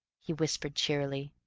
he whispered cheerily,